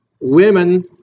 women